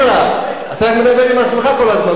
אתה מדבר עם עצמך כל הזמן.